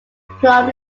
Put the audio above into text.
plum